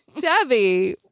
Debbie